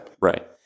Right